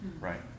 right